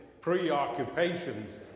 preoccupations